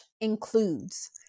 includes